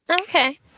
Okay